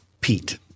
Pete